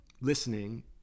listening